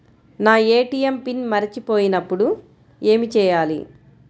నా ATM PIN మర్చిపోయినప్పుడు ఏమి చేయాలి?